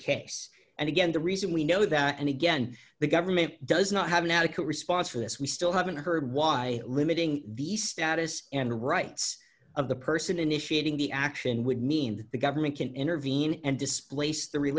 case and again the reason we know that and again the government does not have an adequate response for this we still haven't heard why limiting the status and the rights of the person initiating the action would mean that the government can intervene and displace th